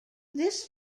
this